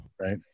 Right